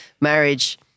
marriage